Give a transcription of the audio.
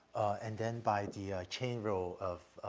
and then by the, ah, chain rule of,